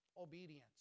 obedience